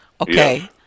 Okay